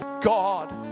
God